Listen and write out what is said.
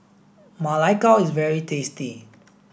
Ma Lai Gao is very tasty